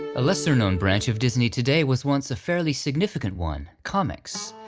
a lesser-known branch of disney today was once a fairly significant one comics.